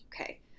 Okay